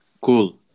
Cool